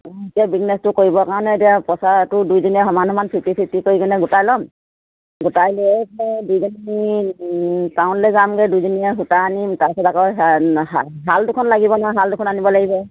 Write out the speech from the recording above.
এতিয়া বিজনেছটো কৰিবৰ কাৰণে এতিয়া পইচাটো দুইজনীয়ে সমান সমান ফিফটি ফিফটি কৰি কিনে গোটাই ল'ম গোটাই লৈ দুইজনী টাউনলে যামগে দুইজনীয়ে সূতা আনিম তাৰপিছত আকৌ শাল দুখন লাগিব নহয় শাল দুখন আনিব লাগিব